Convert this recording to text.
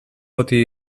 botí